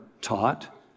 taught